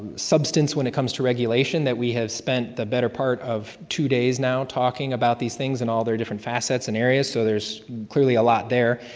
substance when it comes to regulation that we have spent the better part of two days talking about these things and all their different facets and areas, so there's clearly a lot there.